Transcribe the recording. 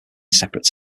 separate